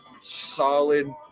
solid